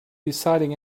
deciding